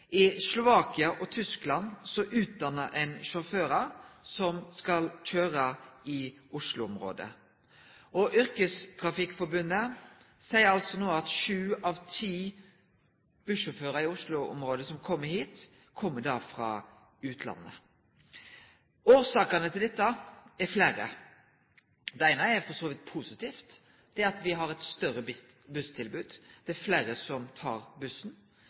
I Slovakia og Tyskland utdannar ein sjåførar som skal kjøre i Oslo-området. Yrkestrafikkforbundet seier altså no at sju av ti bussjåførar som kjem til Oslo-området, kjem frå utlandet. Årsakene til dette er fleire. Det eine er for så vidt positivt; me har eit større busstilbod, det er fleire som tek bussen